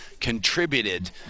contributed